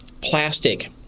plastic